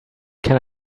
can